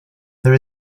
there